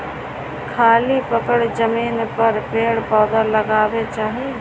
खाली पड़ल जमीन पर पेड़ पौधा लगावे के चाही